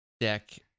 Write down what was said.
deck